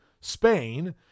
Spain